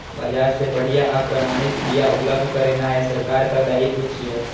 बाजार मे बढ़िया आ प्रमाणित बिया उपलब्ध करेनाय सरकारक दायित्व छियै